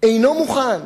אינו מוכן